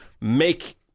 make